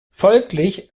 folglich